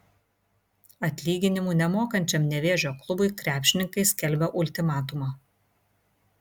atlyginimų nemokančiam nevėžio klubui krepšininkai skelbia ultimatumą